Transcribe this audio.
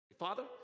Father